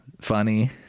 funny